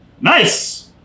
Nice